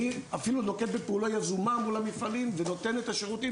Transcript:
אני אפילו נוקט בפעולה יזומה מול המפעלים ונותן את השירותים